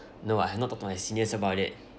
no I have not talked to my seniors about it